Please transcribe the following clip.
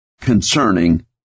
concerning